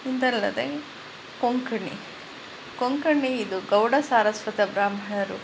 ಇದಲ್ಲದೆ ಕೊಂಕಣಿ ಕೊಂಕಣಿ ಇದು ಗೌಡ ಸಾರಸ್ವತ ಬ್ರಾಹ್ಮಣರು